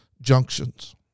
junctions